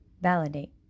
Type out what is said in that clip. validate